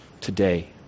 today